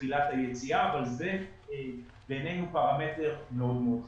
תחילת היציאה שזה בעינינו פרמטר מאוד מאוד חשוב.